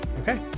okay